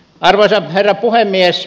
arvoisa herra puhemies